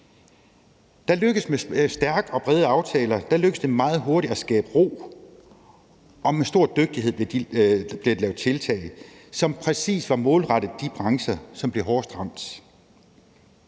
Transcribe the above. lykkedes det meget hurtigt at skabe ro, og med stor dygtighed blev der lavet tiltag, som præcis var målrettet de brancher, som blev hårdest ramt.